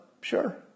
Sure